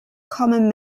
common